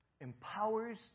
empowers